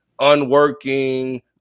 unworking